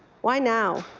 why now?